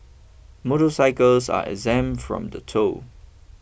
motorcycles are exempt from the toll